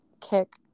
kick